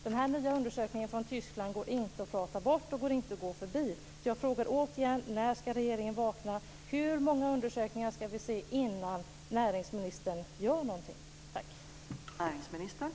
Den nya undersökningen från Tyskland går inte att prata bort och går inte att gå förbi. Jag frågar återigen: När ska regeringen vakna? Hur många undersökningar ska komma innan näringsministern gör någonting?